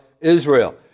Israel